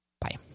Bye